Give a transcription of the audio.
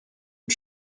und